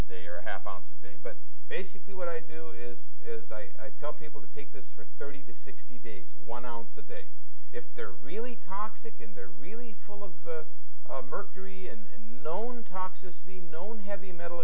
a day or a half ounce a day but basically what i do is as i tell people to take this for thirty to sixty days one ounce a day if they're really toxic and they're really full of mercury and known toxicity known heavy metal